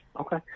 Okay